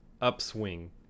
upswing